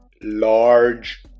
large